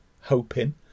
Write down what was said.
hoping